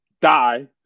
die